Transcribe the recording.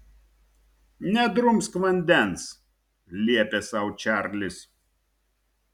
nedrumsk vandens liepė sau čarlis